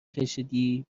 کشیدی